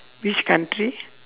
which country